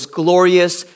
glorious